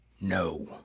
No